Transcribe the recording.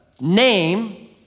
name